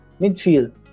Midfield